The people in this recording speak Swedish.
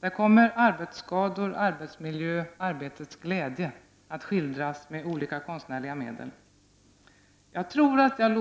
Där kommer arbetsskador, arbetsmiljö och arbetets glädje att skildras med olika konstnärliga medel. Jag tror att jag